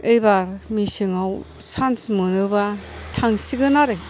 एबार मेसेङाव चान्स मोनोबा थांसिगोन आरो